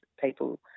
people